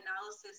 analysis